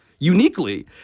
Uniquely